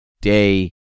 day